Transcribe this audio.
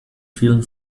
vielen